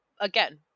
again